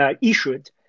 issued